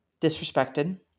disrespected